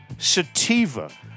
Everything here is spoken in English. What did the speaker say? Sativa